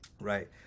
Right